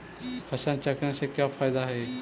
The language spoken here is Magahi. फसल चक्रण से का फ़ायदा हई?